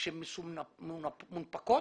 שמונפקות